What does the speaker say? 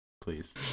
please